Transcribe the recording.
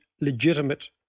legitimate